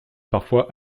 parfois